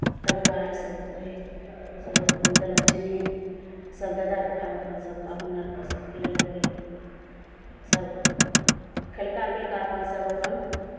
तरुआ इसभ दही सभ अपन देलहुँ चीनी सभ दऽ दऽ कऽ उएहमे अपन सभ पाहुन अरकेँ सभ खिलयलहुँ पिलयलहुँ सभ खेलका पिलका अपन सभ अपन